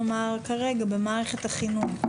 כרגע במערכת החינוך,